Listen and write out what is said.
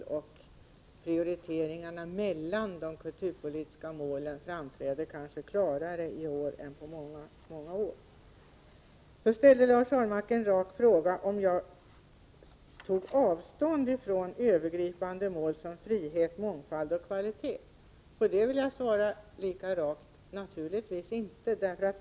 De olika prioriteringarna mellan de kulturpolitiska målen framträder kanske klarare i år än på många år. Sedan frågade Lars Ahlmark om jag tog avstånd från övergripande mål som frihet, mångfald och kvalitet. Jag vill svara lika rakt: Naturligtvis inte!